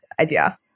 idea